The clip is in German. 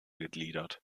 gegliedert